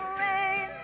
rain